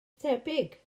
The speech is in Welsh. tebyg